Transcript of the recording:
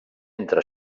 entre